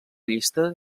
llista